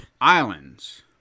islands